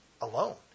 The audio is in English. alone